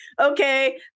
okay